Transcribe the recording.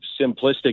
simplistic